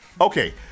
okay